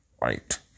right